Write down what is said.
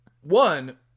One